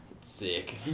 Sick